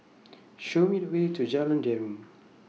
Show Me The Way to Jalan Derum